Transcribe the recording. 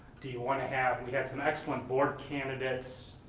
do you want to have, we had some excellent board candidates